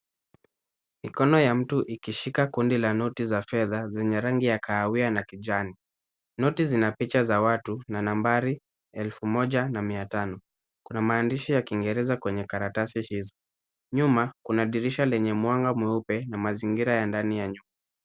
Mikono ya mtu ikishikilia kundi la noti za fedha zenye rangi ya kahawia na kijani. Noti zina picha za watu na nambari elfu moja na mia tano. Kuna maandishi ya kiingereza kwenye karatasi hizi. Nyuma kuna dirisha lenye mwanga mweupe na mazingira ya ndani nyumba.